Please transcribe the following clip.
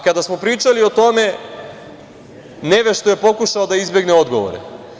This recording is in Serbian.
Kada smo pričali o tome, nevešto je pokušao da izbegne odgovore.